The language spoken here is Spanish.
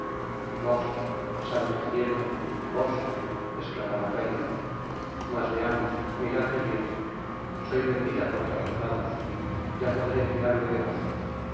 vos santo cielo vos esclamó la reina mas veamos miradme bien soy vendida por todos lados ya podré fiarme de vos